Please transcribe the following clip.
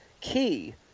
key